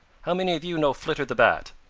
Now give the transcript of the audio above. how many of you know flitter the bat?